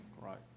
right